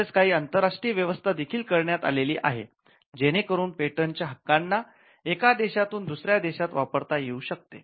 तसेच काही आंतरराष्ट्रीय व्यवस्था देखील करण्यात आलेली आहे जेणेकरून पेटंटच्या हक्काना एका देशातून दुसऱ्या देशात वापरता येऊ शकते